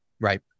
Right